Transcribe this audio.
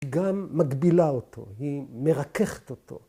‫היא גם מגבילה אותו, ‫היא מרככת אותו.